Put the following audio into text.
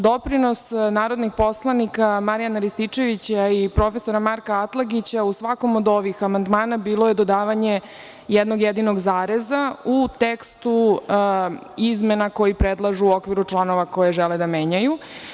Doprinos narodnih poslanika Marijana Rističevića i prof. Marka Atlagića u svakom od ovih amandmana bilo je dodavanje jednog jedinog zareza u tekstu izmena koji predlažu u okviru članova koje žele da menjaju.